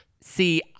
See